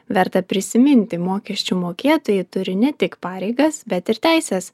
verta prisiminti mokesčių mokėtojai turi ne tik pareigas bet ir teises